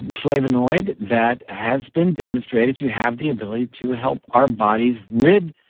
flavonoid that has been demonstrated to have the ability to help our bodies rid